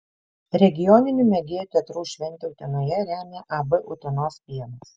regioninių mėgėjų teatrų šventę utenoje remia ab utenos pienas